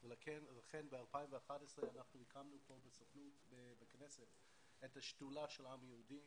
ולכן בשנת 2011 הקמנו כאן בכנסת את השדולה של העם היהודי,